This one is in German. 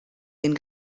den